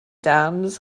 dams